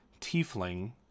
tiefling